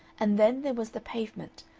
and then there was the pavement,